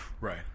Right